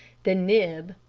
the nib,